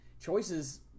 choices